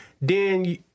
then-